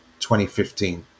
2015